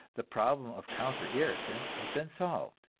the problem of counter-irritants has been solved.